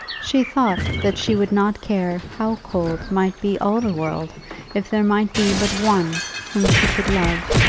she thought that she would not care how cold might be all the world if there might be but one whom she could love,